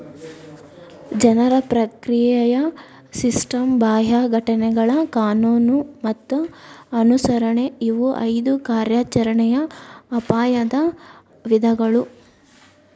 ಜನರ ಪ್ರಕ್ರಿಯೆಯ ಸಿಸ್ಟಮ್ ಬಾಹ್ಯ ಘಟನೆಗಳ ಕಾನೂನು ಮತ್ತ ಅನುಸರಣೆ ಇವು ಐದು ಕಾರ್ಯಾಚರಣೆಯ ಅಪಾಯದ ವಿಧಗಳು